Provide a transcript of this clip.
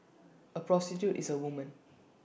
A prostitute is A woman